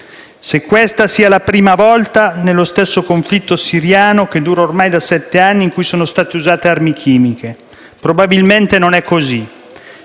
se questa sia la prima volta nello stesso conflitto siriano, che dura ormai da sette anni, in cui sono state usate armi chimiche; probabilmente non è così.